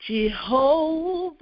Jehovah